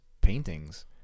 paintings